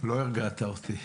לא הרגעת אותי.